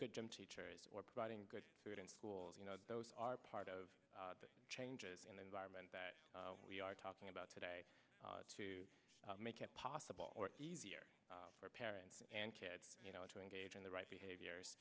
good gym teacher or providing good food and schools you know those are part of the changes in the environment that we are talking about today to make it possible for easier for parents and kids you know to engage in the right behaviors